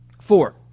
four